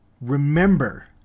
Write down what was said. remember